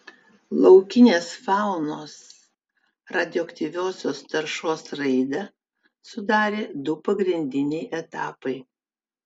laukinės faunos radioaktyviosios taršos raidą sudarė du pagrindiniai etapai